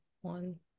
one